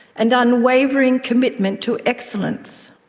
and unwavering commitment to excellence.